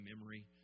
memory